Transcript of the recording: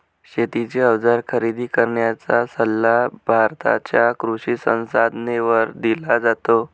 शेतीचे अवजार खरेदी करण्याचा सल्ला भारताच्या कृषी संसाधनाद्वारे दिला जातो